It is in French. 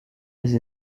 des